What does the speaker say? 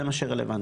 זה מה שרלוונטי